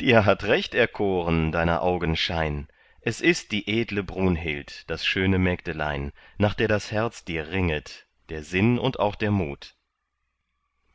dir hat recht erkoren deiner augen schein es ist die edle brunhild das schöne mägdelein nach der das herz dir ringet der sinn und auch der mut